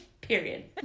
Period